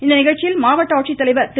இந்நிகழ்ச்சியில் மாவட்ட ஆட்சித்தலைவர் திரு